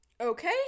Okay